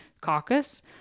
caucus